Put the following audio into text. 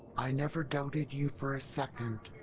i never doubted you for a second.